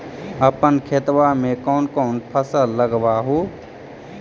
अपन खेतबा मे कौन कौन फसल लगबा हू?